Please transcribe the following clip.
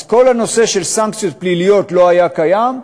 כל הנושא של סנקציות פליליות לא היה קיים,